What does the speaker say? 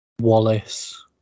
Wallace